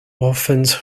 orphans